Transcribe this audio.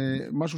זה משהו